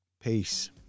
Peace